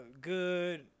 good